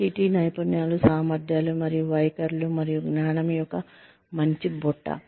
మీ kitty నైపుణ్యాలు సామర్థ్యాలు మరియు వైఖరులు మరియు జ్ఞానం యొక్క మంచి బుట్ట